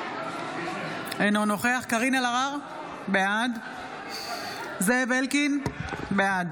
אינו נוכח קארין אלהרר, בעד זאב אלקין, בעד